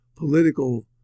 political